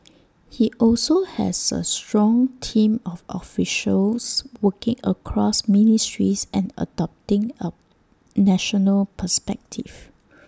he also has A strong team of officials working across ministries and adopting A national perspective